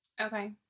Okay